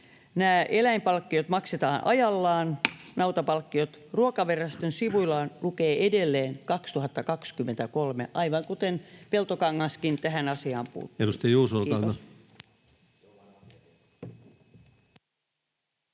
eläinpalkkiot maksetaan ajallaan, nautapalkkiot. Ruokaviraston sivuilla lukee edelleen 2023, aivan kuten Peltokangaskin tähän asiaan puuttui.